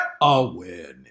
awareness